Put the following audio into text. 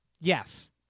Yes